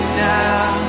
now